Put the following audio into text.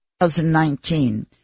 2019